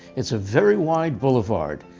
it's a very wide boulevard,